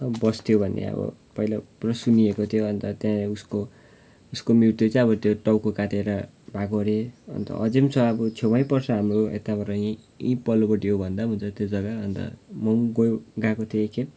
बस्थ्यो भन्ने अब पहिला पुरा सुनिएको थियो अन्त त्यहाँ उसको उसको मृत्यु चाहिँ अब त्यो टाउको काटेर भएको अरे अन्त अझै पनि छ छेउमै पर्छ हाम्रो यताबाट यहीँ यहीँ पल्लोपट्टि भन्दा पनि हुन्छ त्यो जग्गा अन्त म पनि गएँ गएको थिएँ एकखेप